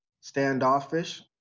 standoffish